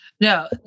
No